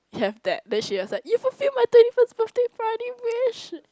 have that then she was like you fullfil my twenty first birthday party wish